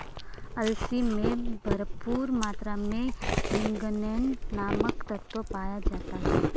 अलसी में भरपूर मात्रा में लिगनेन नामक तत्व पाया जाता है